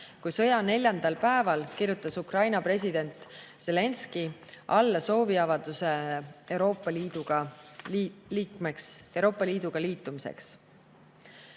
kui sõja neljandal päeval kirjutas Ukraina president Zelenskõi alla sooviavalduse Euroopa Liiduga liitumiseks.